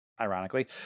ironically